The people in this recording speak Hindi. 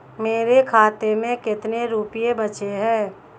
मेरे खाते में कितने रुपये बचे हैं?